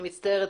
אני מצטערת,